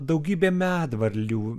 daugybė medvarlių